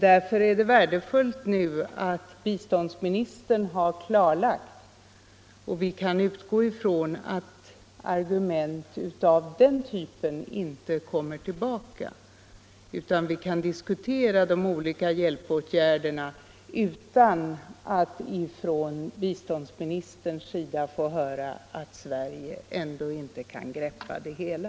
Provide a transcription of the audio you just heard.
Därför är det värdefullt att biståndsministern nu har klarlagt saken och att vi kan utgå från att argument av den typen inte kommer tillbaka. Vi kan alltså diskutera de olika hjälpåtgärderna utan att från biståndsministerns sida som ett motargument få höra att Sverige ändå inte kan greppa det hela.